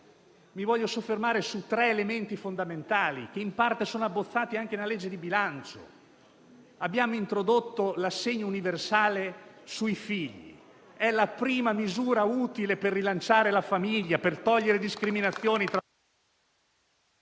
Mi voglio soffermare su tre elementi fondamentali, che in parte sono abbozzati anche nella legge di bilancio. Abbiamo introdotto l'assegno universale sui figli: è la prima misura utile per rilanciare la famiglia e per togliere discriminazioni tra lavoro